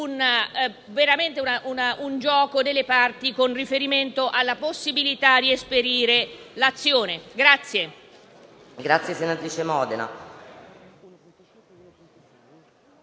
ad un gioco delle parti, con riferimento alla possibilità di esperire l'azione.